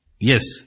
Yes